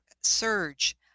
surge